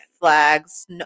flags